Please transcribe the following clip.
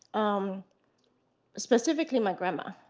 um specifically, my grandma,